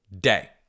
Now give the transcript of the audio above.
day